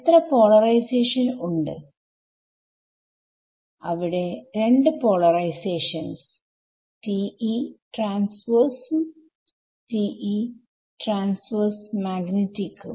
എത്ര പോളറിസഷൻ ഉണ്ട് അവിടെ2 പോളെറൈസേഷൻസ് TE ട്രാൻസ്വേഴ്സ് ഉം ™ ട്രാൻസേഴ്സ് മാഗ്നെറ്റിക് ഉം